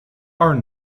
are